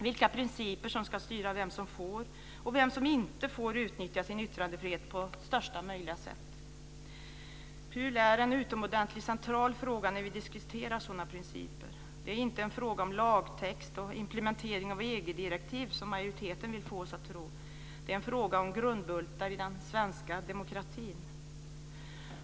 Vilka principer ska styra vem som får och vem som inte får utnyttja sin yttrandefrihet på största möjliga sätt? PUL är en utomordentlig central fråga när vi diskuterar sådana principer. Det är inte en fråga om lagtext och implementering av EG-direktiv, som majoriteten vill få oss att tro. Det är en fråga om grundbultar i den svenska demokratin.